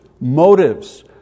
motives